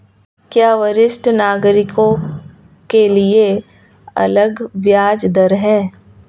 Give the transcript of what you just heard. क्या वरिष्ठ नागरिकों के लिए अलग ब्याज दर है?